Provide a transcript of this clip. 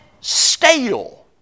stale